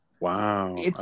wow